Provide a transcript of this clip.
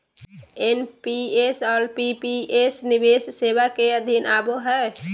NPS और PPS निवेश सेवा के अधीन आवो हय